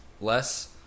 less